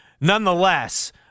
nonetheless